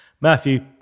Matthew